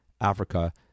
Africa